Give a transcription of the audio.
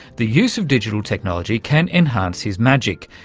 the use of digital technology can enhance his magic,